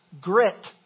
Grit